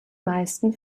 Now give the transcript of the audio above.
meisten